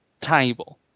table